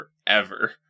forever